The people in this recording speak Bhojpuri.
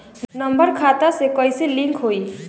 नम्बर खाता से कईसे लिंक होई?